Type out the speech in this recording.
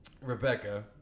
Rebecca